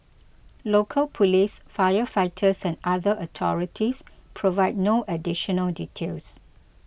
local police firefighters and other authorities provided no additional details